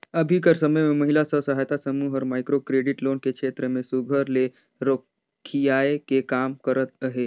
अभीं कर समे में महिला स्व सहायता समूह हर माइक्रो क्रेडिट लोन के छेत्र में सुग्घर ले रोखियाए के काम करत अहे